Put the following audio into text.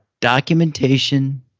documentation